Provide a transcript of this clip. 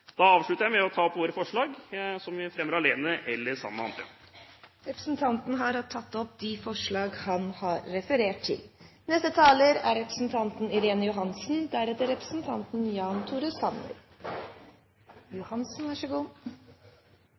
Da avslutter jeg med å ta opp våre forslag som vi fremmer alene eller sammen med andre. Representanten Jørund Rytman har tatt opp de forslagene han refererte til. Årets melding om Statens pensjonsfond omhandler fondets resultater for 2010 og vurderinger av rammeverk og investeringsstrategi for fondet. Som i 2009 er